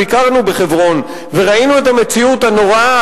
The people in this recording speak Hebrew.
ביקרנו בחברון וראינו את המציאות הנוראה,